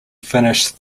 finished